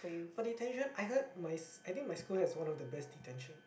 but detention I heard my I think my school has one of the best detention